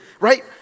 right